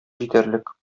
җитәрлек